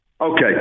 Okay